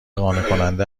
قانعکننده